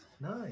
Nice